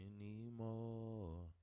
anymore